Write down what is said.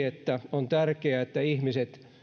että on tärkeää että ihmiset